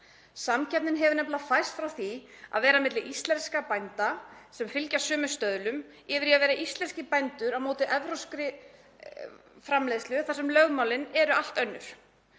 Samkeppnin hefur nefnilega færst frá því að vera milli íslenskra bænda sem fylgja sömu stöðlum yfir í að vera íslenskir bændur á móti evrópskri framleiðslu þar sem lögmálin eru allt önnur.